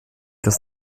das